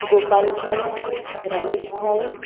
Gopalbhai Rameshbhai